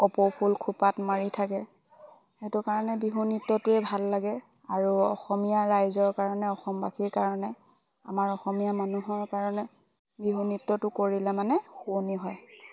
কপৌফুল খোপাত মাৰি থাকে সেইটো কাৰণে বিহু নৃত্যটোৱে ভাল লাগে আৰু অসমীয়া ৰাইজৰ কাৰণে অসমবাসীৰ কাৰণে আমাৰ অসমীয়া মানুহৰ কাৰণে বিহু নৃত্যটো কৰিলে মানে শুৱনি হয়